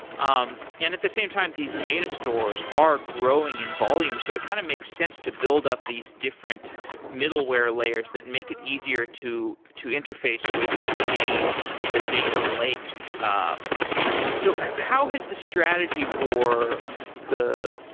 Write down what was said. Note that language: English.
um yeah and at the same time, these data stores are growing in volumes, so it kind of makes sense to build up these different middleware layers that make it easier to to interface with the the data lake. um so how has the strategy for the